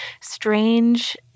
strange